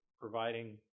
providing